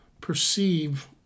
perceive